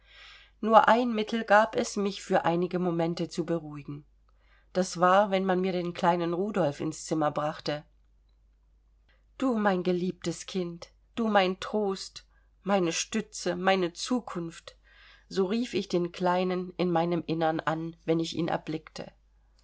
nur ein mittel gab es mich für einige momente zu beruhigen das war wenn man mir den kleinen rudolf ins zimmer brachte du mein geliebtes kind du mein trost meine stütze meine zukunft so rief ich den kleinen in meinem innern an wenn ich ihn erblickte